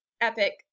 epic